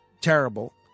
terrible